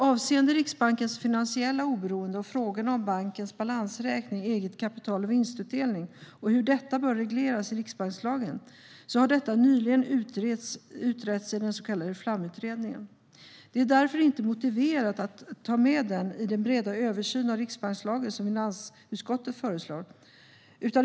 Avseende Riksbankens finansiella oberoende och frågorna om bankens balansräkning, eget kapital och vinstutdelning samt hur detta bör regleras i riksbankslagen har detta nyligen utretts av den så kallade Flamutredningen. Det är därför inte motiverat att ta med detta i den breda översyn av riksbankslagen som finansutskottet föreslår.